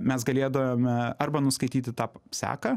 mes galėdavome arba nuskaityti tą seką